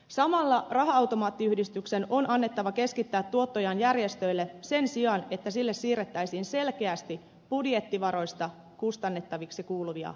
samalla raha automaattiyhdistyksen on annettava keskittää tuottojaan järjestöille sen sijaan että sille siirrettäisiin selkeästi budjettivaroista kustannettaviksi kuuluvia menoja